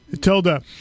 Tilda